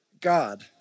God